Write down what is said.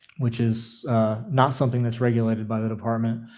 which is not something that's regulated by the department.